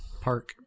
Park